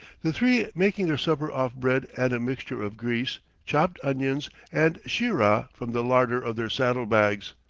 the three making their supper off bread and a mixture of grease, chopped onions and sheerah from the larder of their saddle-bags.